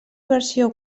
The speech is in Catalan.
versió